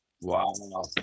Wow